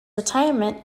retirement